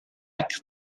part